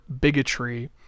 bigotry